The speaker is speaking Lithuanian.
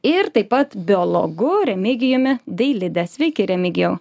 ir taip pat biologu remigijumi dailidė sveiki remigijau